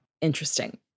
interesting